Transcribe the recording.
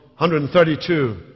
132